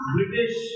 British